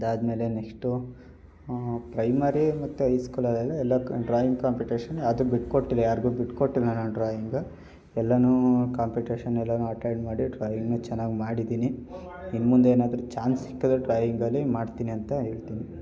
ಅದಾದಮೇಲೆ next primary ಮತ್ತೆ high ಸ್ಕೂಲಲ್ಲೆಲ್ಲ ಎಲ್ಲ ಡ್ರಾಯಿಂಗ್ ಕಾಂಪಿಟೇಶನ್ ಅದು ಬಿಟ್ಕೊಟ್ಟಿಲ್ಲ ಯಾರ್ಗೂ ಬಿಟ್ಕೊಟ್ಟಿಲ್ಲ ನಾನು ಡ್ರಾಯಿಂಗು ಎಲ್ಲವೂ ಕಾಂಪಿಟೇಶನ್ ಎಲ್ಲವೂ ಅಟೆಂಡ್ ಮಾಡಿ ಡ್ರಾಯಿಂಗ್ನ ಚೆನ್ನಾಗಿ ಮಾಡಿದ್ದೀನಿ ಇನ್ಮುಂದೆ ಏನಾದ್ರೂ ಚಾನ್ಸ್ ಸಿಕ್ಕಿದ್ರೆ ಡ್ರಾಯಿಂಗಲ್ಲಿ ಮಾಡ್ತೀನಂತ ಹೇಳ್ತೀನಿ